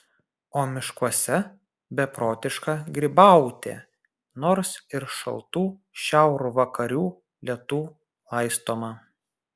o miškuose beprotiška grybautė nors ir šaltų šiaurvakarių lietų laistoma